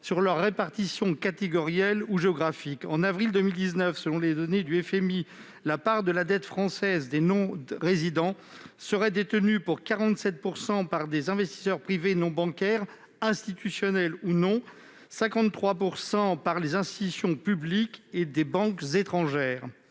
sur leur répartition catégorielle ou géographique. En avril 2019, selon les données du FMI, la part de la dette française des non-résidents serait détenue à 47 % par des investisseurs privés non bancaires, institutionnels ou non, et à 53 % par des institutions publiques et des banques étrangères.